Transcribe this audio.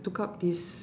took up this